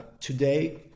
today